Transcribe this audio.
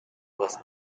was